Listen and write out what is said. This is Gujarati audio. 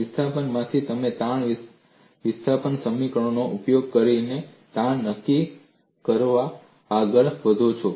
વિસ્થાપનોમાંથી તમે તાણ વિસ્થાપન સમીકરણોનો ઉપયોગ કરીને તાણ નક્કી કરવા આગળ વધો છો